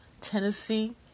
Tennessee